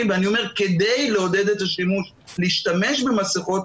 ואני אומר שכדי לעודד את עטיית המסכות,